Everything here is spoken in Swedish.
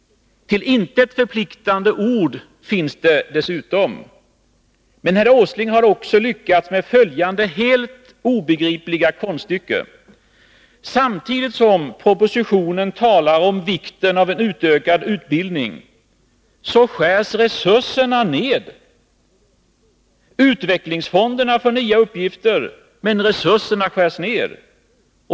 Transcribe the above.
Till intet förpliktande ord finns dessutom. Men herr Åsling har också lyckats med följande helt obegripliga konststycke. Samtidigt som propositionen talar om vikten av en utökad utbildning, skärs resurserna ner. Utvecklingsfonderna får nya uppgifter, men resurserna skärs ner.